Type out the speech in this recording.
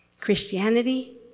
Christianity